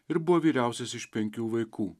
ir buvo vyriausias iš penkių vaikų